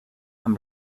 amb